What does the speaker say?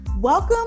Welcome